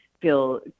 feel